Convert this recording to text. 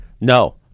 no